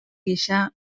gisa